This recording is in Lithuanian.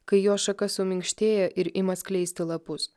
kai jos šaka suminkštėja ir ima skleisti lapus